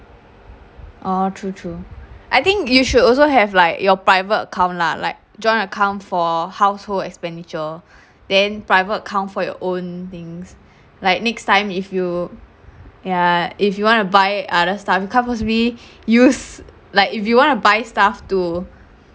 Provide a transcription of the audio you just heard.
oh true true I think you should also have like your private account lah like joint account for household expenditure then private account for your own things like next time if you ya if you want to buy other stuff you can't possibly use like if you want to buy stuff to